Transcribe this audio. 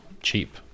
cheap